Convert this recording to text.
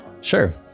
sure